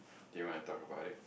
do you want to talk about it